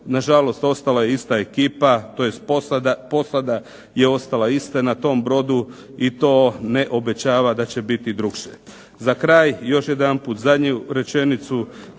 nažalost ostala je ista ekipa tj. posada je ostala ista na tom brodu i to ne obećava da će biti drukčije. Za kraj još jedanput zadnju rečenicu,